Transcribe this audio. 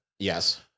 Yes